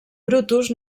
brutus